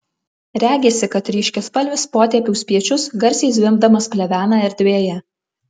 regisi kad ryškiaspalvis potėpių spiečius garsiai zvimbdamas plevena erdvėje